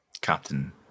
Captain